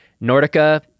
Nordica